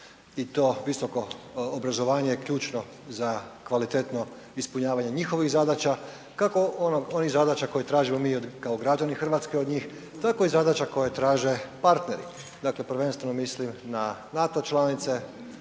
i to visoko obrazovanje je ključno za kvalitetno ispunjavanje njihovih zadaća, kako onih zadaća koje tražimo mi kao građani Hrvatske od njih, tako i zadaća koje traže partneri. Dakle, prvenstveno mislim na NATO članice,